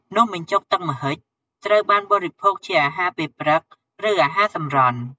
នំបញ្ចុកទឹកម្ហិចត្រូវបានបរិភោគជាអាហារពេលព្រឹក ឬអាហារសម្រន់។